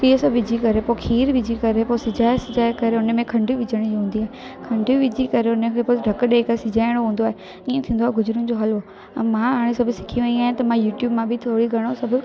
इहे सभु विझी करे पोइ खीरु विझी करे पोइ सिझाए सिझाए करे हुन में खंड विझणी हूंदी आहे खंडु विझी करे हुनखे पोइ ढक ॾेई सिझाइणो हूंदो आहे इअं थींदो आहे गजरूनि जो हलवो ऐं मां हाणे सभु सिखी वेई आहियां त मां यूटयूब मां बि थोरो घणो सभु